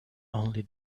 only